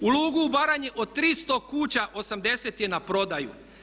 U Lugu u Baranji od 300 kuća 80 je na prodaju.